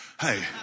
hey